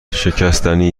شکستنی